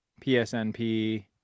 PSNP